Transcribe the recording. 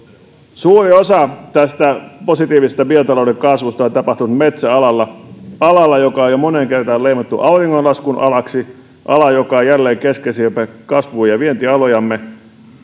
suuri osa tästä positiivisesta biotalouden kasvusta on tapahtunut metsäalalla alalla joka on jo moneen kertaan leimattu auringonlaskun alaksi alalla joka on jälleen keskeisimpiä kasvu ja vientialojamme